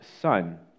Son